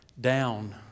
down